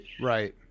Right